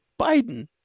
Biden